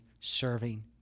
serving